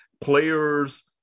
players –